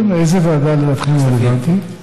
איזו ועדה לדעתך רלוונטית?